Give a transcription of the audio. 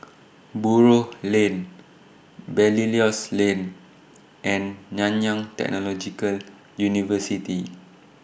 Buroh Lane Belilios Lane and Nanyang Technological University